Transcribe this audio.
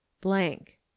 Blank